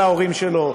להורים שלו,